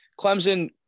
Clemson